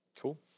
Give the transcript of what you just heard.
Cool